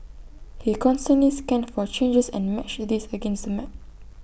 he constantly scanned for changes and matched these against the map